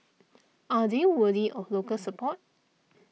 are they worthy of local support